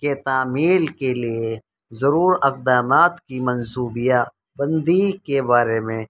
کے تعمیل کے لیے ضرور اقدامات کی منصوبہ بندی کے بارے میں